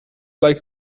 like